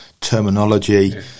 terminology